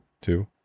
two